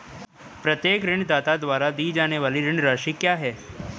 प्रत्येक ऋणदाता द्वारा दी जाने वाली ऋण राशि क्या है?